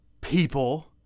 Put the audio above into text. people